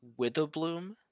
Witherbloom